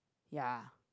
ya